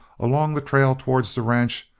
along the trail towards the ranch,